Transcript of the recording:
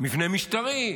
מבנה משטרי,